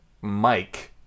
Mike